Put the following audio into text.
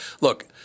Look